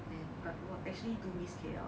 and err were actually do miss K_L